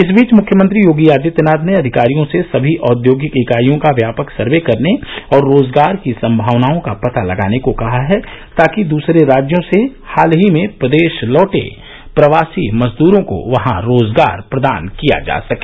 इस बीच मुख्यमंत्री योगी आदित्यनाथ ने अधिकारियों से समी औद्योगिक इकाइयों का व्यापक सर्वे करने और रोजगार की संभावनाओं का पता लगाने को कहा है ताकि दूसरे राज्यों से हाल ही में प्रदेश लौटे प्रवासी मजदूरों को वहां रोजगार प्रदान किया जा सके